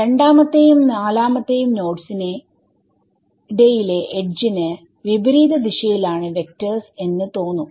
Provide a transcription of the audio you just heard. രണ്ടാമത്തെയും നാലാമത്തെയും നോഡ്സിന്റെ ഇടയിലെ എഡ്ജ് ന് വിപരീതദിശയിലാണ് വെക്ടർസ് എന്ന് തോന്നും